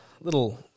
little